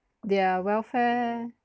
their welfare